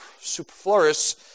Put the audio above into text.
superfluous